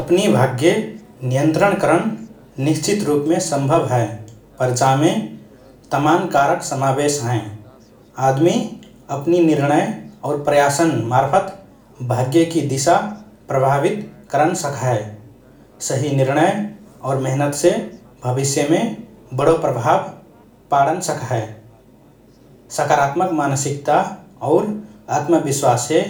अपनि भाग्य नियन्त्रण करन निश्चित रुपमे सम्भव हए पर जामे तमान् कारक समावेश हएँ । आदमि अपनि निर्णय और प्रयासन् मार्फत भाग्यकि दिशा प्रभावित करन सक्हए । सहि निर्णय और मेहनतसे भविष्यमे बडो प्रभाव पाडन सक्हए । सकारात्मक मानसिकता और आत्मविश्वाससे